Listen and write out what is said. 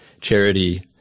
charity